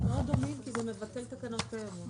מאוד דומים, כי זה מבטל תקנות קיימות.